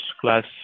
class